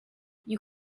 you